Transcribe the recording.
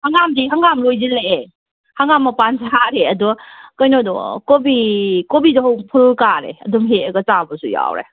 ꯍꯪꯒꯥꯝꯗꯤ ꯍꯪꯒꯥꯝ ꯂꯣꯏꯁꯤꯜꯂꯛꯂꯦ ꯍꯪꯒꯥꯝ ꯃꯄꯥꯜ ꯁꯥꯔꯦ ꯑꯗꯣ ꯀꯩꯅꯣꯗꯣ ꯀꯣꯕꯤ ꯀꯣꯕꯤꯗꯣ ꯍꯧꯖꯤꯛ ꯐꯨꯜ ꯀꯥꯔꯦ ꯑꯗꯨꯝ ꯍꯦꯛꯑꯒ ꯆꯥꯕꯁꯨ ꯌꯥꯎꯔꯦ